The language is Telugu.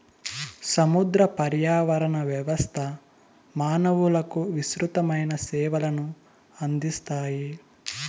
సముద్ర పర్యావరణ వ్యవస్థ మానవులకు విసృతమైన సేవలను అందిస్తాయి